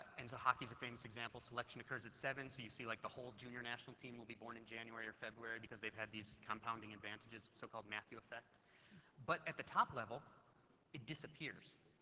and so hockey's a famous example selection occurs at seven so you see like the whole junior national team will be born this january or february because they've had these compounding advantages, so called, matthew effect but at the top level it disappears,